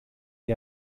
wie